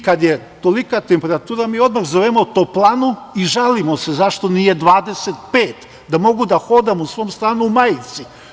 Kada je tolika temperatura, mi odmah zovemo Toplanu i žalimo se zašto nije 25, da mogu da hodam u svom stanu u majici.